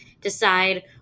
decide